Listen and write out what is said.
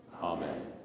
Amen